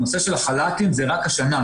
הנושא של החל"תים זה רק השנה.